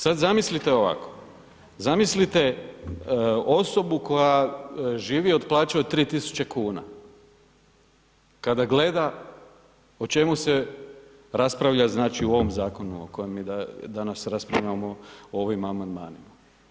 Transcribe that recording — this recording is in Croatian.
Sad zamislite ovako, zamislite osobu koja živi od plaće od 3.000 kuna, kada gleda o čemu se raspravlja znači u ovom zakonu o kojem mi danas raspravljamo u ovim amandmanima.